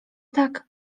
tak